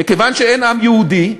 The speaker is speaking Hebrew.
מכיוון שאין עם יהודי,